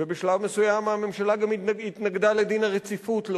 ובשלב מסוים הממשלה גם התנגדה להחלת דין הרציפות.